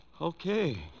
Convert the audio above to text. Okay